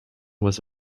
was